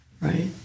Right